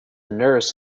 nurse